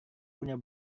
punya